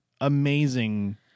amazing